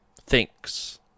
thinks